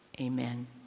Amen